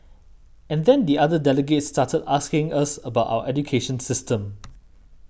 and then the other delegates started asking us about our education system